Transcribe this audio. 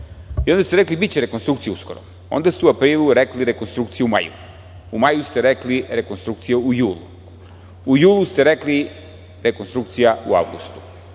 Onda ste rekli biće rekonstrukcija uskoro. Onda ste u aprilu rekli rekonstrukcija u maju. U maju ste rekli, rekonstrukcija u julu. U julu ste rekli, rekonstrukcija u avgustu. To